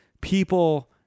people